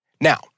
Now